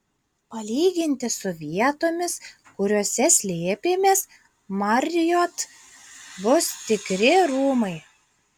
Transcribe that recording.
palyginti su vietomis kuriose slėpėmės marriott bus tikri rūmai